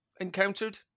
encountered